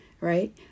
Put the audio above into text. right